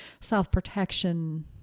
self-protection